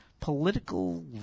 political